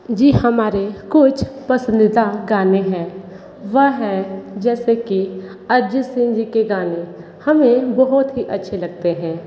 जी हमारे कुछ पसंदीदा गाने हैं वह हैं जैसे कि अर्जित सिंह जी के गाने हमें बहुत ही अच्छे लगतें हैं